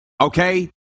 okay